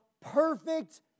perfect